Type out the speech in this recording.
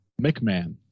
McMahon